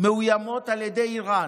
מאוימות על ידי איראן.